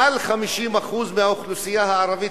ומעל 50% מהאוכלוסייה הערבית,